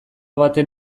baten